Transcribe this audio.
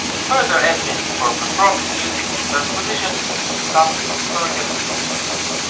further evidence for performing music in transposition is found in historical instruments